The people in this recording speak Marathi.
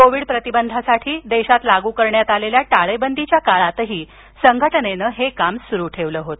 कोविड प्रतिबंधासाठी लागू करण्यात आलेल्या टाळेबंदीच्या काळातही संघटनेन हे काम सुरु ठेवल होत